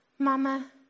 Mama